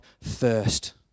first